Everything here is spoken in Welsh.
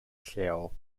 lleol